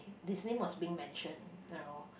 his name was being mention you know